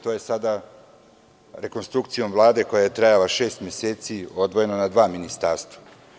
To je sada rekonstrukcijom Vlade, koja je trajala šest meseci, odvojeno na dva ministarstva.